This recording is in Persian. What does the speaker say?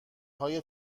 های